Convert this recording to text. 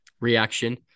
reaction